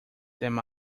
them